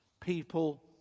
People